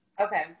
Okay